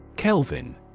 Kelvin